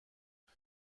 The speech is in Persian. اخه